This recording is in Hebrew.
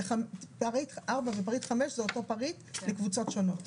ופריט ארבע ופריט חמש הם אותו פריט לקבוצות שונות.